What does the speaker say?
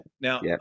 Now